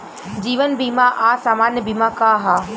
जीवन बीमा आ सामान्य बीमा का ह?